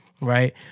right